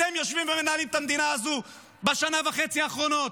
אתם יושבים ומנהלים את המדינה הזו בשנה וחצי האחרונות.